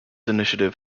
initiative